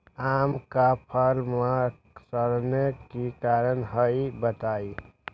आम क फल म सरने कि कारण हई बताई?